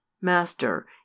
MASTER